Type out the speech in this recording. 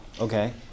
Okay